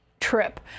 trip